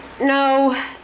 No